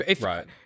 right